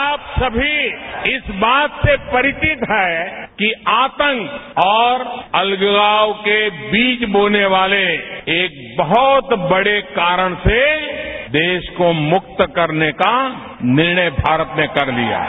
आप सभी इस बात से परिवित हैं कि आतंक और अलगाव के बीज बोने वाले एक बहुत बड़े कारण से देश को मुक्त करने का निर्णय भारत ने कर लिया है